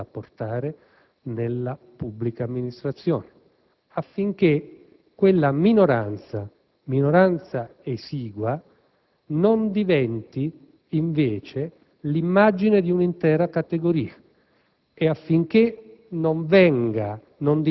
sull'ammodernamento e sui cambiamenti da apportare nella pubblica amministrazione, affinché una minoranza esigua non diventi invece l'immagine di un'intera categoria